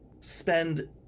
spend